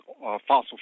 fossil